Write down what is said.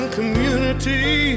community